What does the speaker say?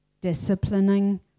disciplining